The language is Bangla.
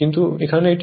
কিন্তু এখানে এটি